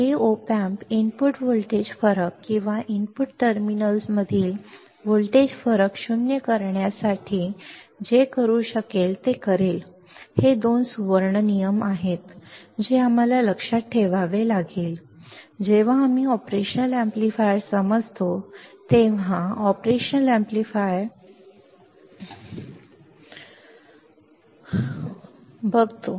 हे op amp input voltage फरक किंवा इनपुट टर्मिनल्समधील व्होल्टेज फरक शून्य करण्यासाठी जे करू शकेल ते करेल हे दोन सुवर्ण नियम आहेत जे आम्हाला लक्षात ठेवावे लागले जेव्हा आम्ही ऑपरेशनल अॅम्प्लीफायर समजतो तेव्हा ऑपरेशनल अॅम्प्लीफायर समजतो